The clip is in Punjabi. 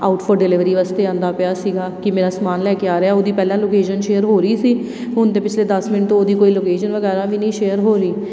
ਆਊਟ ਫੋਰ ਡਿਲੀਵਰੀ ਵਾਸਤੇ ਆਉਂਦਾ ਪਿਆ ਸੀਗਾ ਕਿ ਮੇਰਾ ਸਮਾਨ ਲੈ ਕੇ ਆ ਰਿਹਾ ਉਹਦੀ ਪਹਿਲਾਂ ਲੋਕੇਸ਼ਨ ਸ਼ੇਅਰ ਹੋ ਰਹੀ ਸੀ ਹੁਣ ਤਾਂ ਪਿਛਲੇ ਦਸ ਮਿੰਟ ਤੋਂ ਉਹਦੀ ਕੋਈ ਲੋਕੇਸ਼ਨ ਵਗੈਰਾ ਵੀ ਨਹੀਂ ਸ਼ੇਅਰ ਹੋ ਰਹੀ